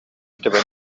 тэбэн